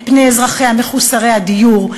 את פני אזרחיה מחוסרי הדיור,